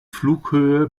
flughöhe